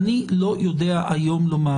אני לא יודע לומר,